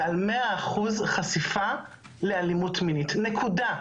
ועל 100% חשיפה לאלימות מינית נקודה.